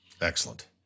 Excellent